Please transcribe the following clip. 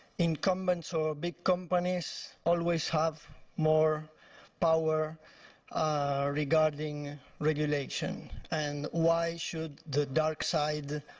incumbents or big companies always have more power regarding regulation, and why should the dark side,